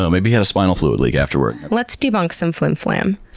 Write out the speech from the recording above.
so maybe he had a spinal fluid leak afterwards. let's debunk some flimflam.